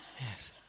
Yes